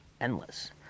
endless